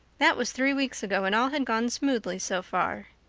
that was three weeks ago and all had gone smoothly so far.